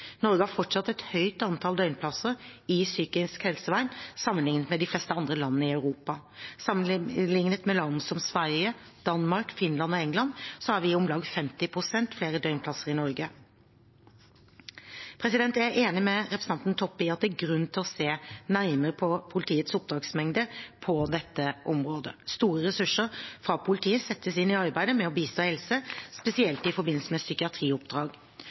Norge har fortsatt et høyt antall døgnplasser i psykisk helsevern sammenlignet med de fleste andre land i Europa. Sammenlignet med land som Sverige, Danmark, Finland og England har vi om lag 50 pst. flere døgnplasser i Norge. Jeg er enig med representanten Toppe i at det er grunn til å se nærmere på politiets oppdragsmengde på dette området. Store ressurser fra politiet settes inn i arbeidet med å bistå helse, spesielt i forbindelse med psykiatrioppdrag.